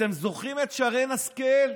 אתם זוכרים את שרן השכל?